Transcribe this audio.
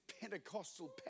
Pentecostal